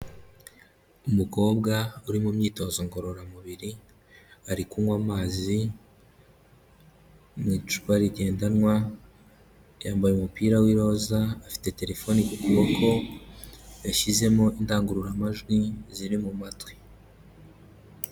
Umukobwa uri mu myitozo ngororamubiri ari kunywa amazi mu icupa rigendanwa, yambaye umupira w'iroza afite telefoni ku kuboko, yashyizemo indangururamajwi ziri mu matwi.